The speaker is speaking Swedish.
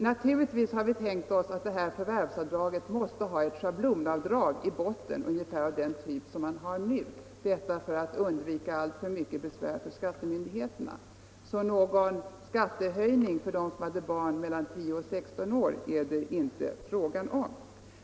Naturligtvis har vi tänkt oss att det här förvärvsavdraget skall ha ett schablonavdrag i botten av ungefär den typ som finns nu — detta för att undvika alltför mycket besvär för skattemyndigheterna. Någon skattehöjning för dem som har barn mellan 10 och 16 år är det alltså inte fråga om.